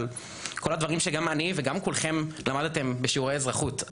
על כל הדברים שגם אני וגם כולכם למדתם בשיעורי אזרחות,